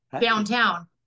downtown